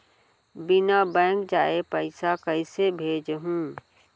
बिना बैंक जाये पइसा कइसे भेजहूँ?